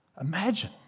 Imagine